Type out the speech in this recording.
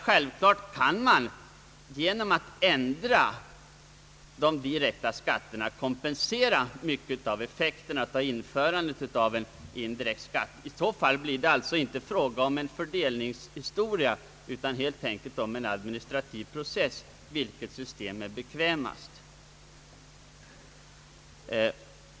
Självklart kan man genom att ändra de direkta skatterna kompensera mycket av effekten vid införandet eller höjningen av en indirekt skatt.